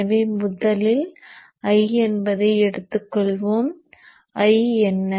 எனவே முதலில் I என்பதை எடுத்துக்கொள்வோம் I என்ன